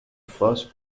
first